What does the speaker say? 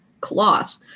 cloth